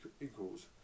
equals